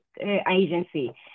agency